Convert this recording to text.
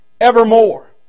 evermore